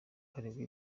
aregwa